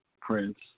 Prince